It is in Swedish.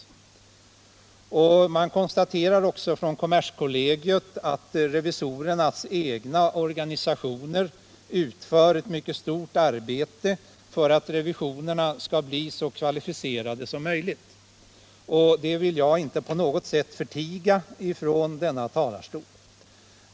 Kommerskollegium konstaterar vidare att revisorernas egna organisationer utför ett mycket stort arbete för att revisionerna skall bli så kvalificerade som möjligt. Och det vill jag inte på något sätt förtiga i denna talarstol.